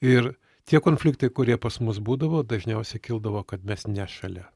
ir tie konfliktai kurie pas mus būdavo dažniausiai kildavo kad mes ne šalia